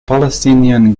palestinian